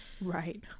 right